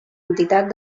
entitat